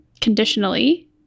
conditionally